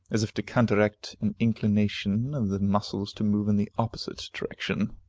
as if to counteract an inclination of the muscles to move in the opposite direction.